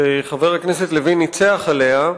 שחבר הכנסת לוין ניצח עליה,